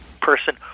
person